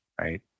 right